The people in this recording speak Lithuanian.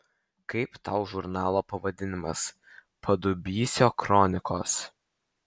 kaip tau žurnalo pavadinimas padubysio kronikos